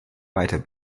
weiter